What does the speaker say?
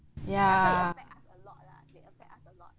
ya